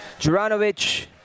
Juranovic